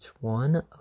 one